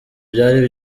byari